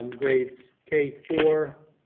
um grades k four,